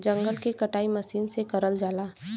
जंगल के कटाई मसीन से करल जाला